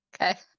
Okay